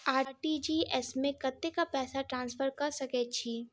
RTGS मे कतेक पैसा ट्रान्सफर कऽ सकैत छी?